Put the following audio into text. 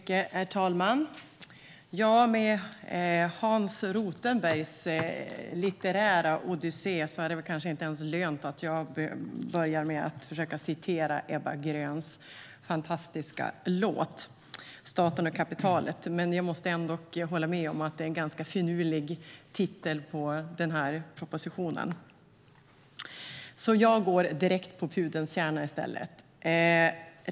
Herr talman! Efter Hans Rothenbergs litterära odyssé är det kanske inte ens lönt att jag börjar med att försöka citera Ebba Gröns fantastiska låt Staten och kapitalet . Jag måste ändock hålla med om att det är en ganska finurlig titel på propositionen. Jag går i stället direkt in på pudelns kärna.